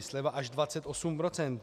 Sleva až 28 %.